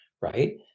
Right